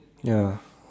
ya